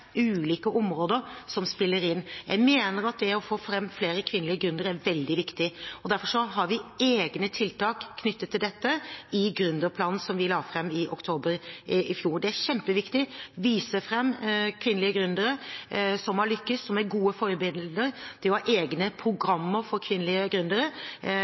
ulike områder som spiller inn. Jeg mener at det å få fram flere kvinnelige gründere er veldig viktig, og derfor har vi egne tiltak knyttet til dette i gründerplanen som vi la fram i oktober i fjor. Det er kjempeviktig å vise fram kvinnelige gründere som har lyktes, som er gode forbilder. Det å ha egne programmer for kvinnelige